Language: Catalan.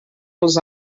els